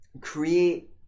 create